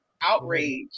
outrage